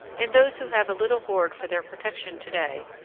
in those who have a little hoard for their protection to-day,